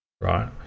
right